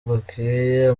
gakeya